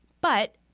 But-